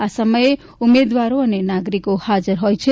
આ સમયે ઉમેદવાર અને નાગરિક હાજર હોય છે